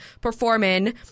performing